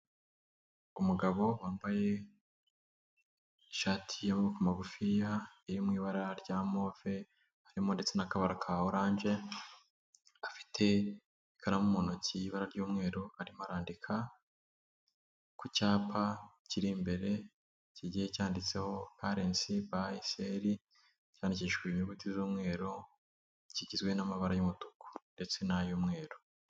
Umugabo wambaye, ishati y'amaboko magufiya ,iri mu ibara rya move ,harimo ndetse n'akabara ka orange ,afite ikaramu mu ntokii y'ibara ry'umweru, arimo arandika ,ku cyapa kiri imbere, kigiye cyanditseho parensi bayiseri ,cyandikishijejwe inyuguti z'umweru, kigizwe n'amabara y'umutuku, ndetse na y'umweru.